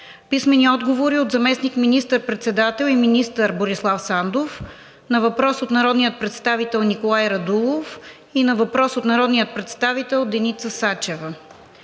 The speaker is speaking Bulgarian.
писмени отговори от заместник министър-председателя и министър Борислав Сандов на въпрос от народният представител Николай Радулов; един въпрос от народния представител Деница Сачева;